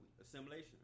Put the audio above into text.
assimilation